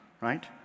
right